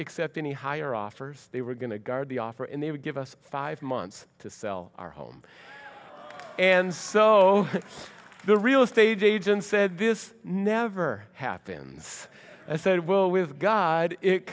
accept any higher offers they were going to guard the offer and they would give us five months to sell our home and so the real estate agent said this never happens and i said well with god it